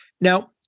now